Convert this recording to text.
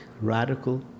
radical